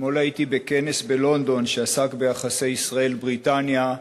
אתמול הייתי בכנס בלונדון שעסק ביחסי ישראל בריטניה,